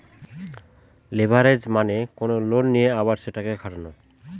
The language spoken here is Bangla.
লেভারেজ মানে কোনো লোন নিয়ে আবার সেটাকে খাটানো